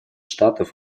штатов